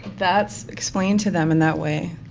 that's explained to them in that way,